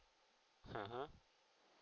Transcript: (uh huh)